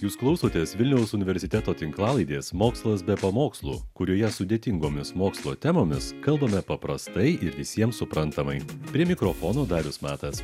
jūs klausotės vilniaus universiteto tinklalaidės mokslas be pamokslų kurioje sudėtingomis mokslo temomis kalbame paprastai ir visiems suprantamai prie mikrofonų darius matas